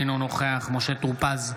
אינו נוכח משה טור פז,